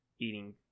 eating